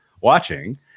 watching